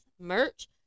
merch